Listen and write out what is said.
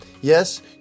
Yes